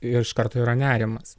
iš karto yra nerimas